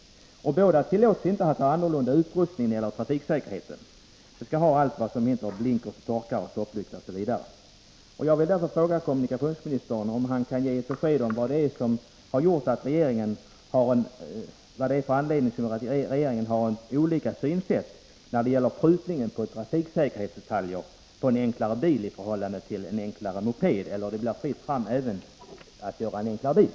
Båda måste också ha samma utrustning med tanke på trafiksäkerheten: blinkrar, torkare, stopplykta m.m. Jag vill därför fråga kommunikationsministern, om han kan tala om varför regeringen tillämpar ett annat synsätt i fråga om trafiksäkerhetsdetaljer då det gäller en enklare bil än beträffande en enklare moped -— eller blir det också fritt fram när det gäller en enklare bil?